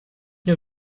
nur